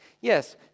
Yes